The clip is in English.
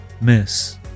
miss